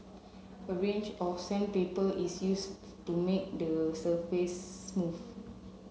a range of sandpaper is used to make the surface smooth